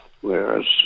Whereas